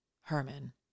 Herman